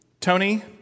Tony